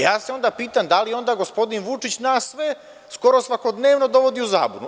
Ja se onda pitam – da li onda gospodin Vučić nas sve skoro svakodnevno dovodi u zabunu?